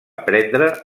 prendre